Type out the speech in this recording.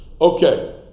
Okay